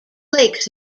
lakes